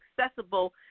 accessible